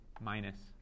minus